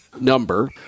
number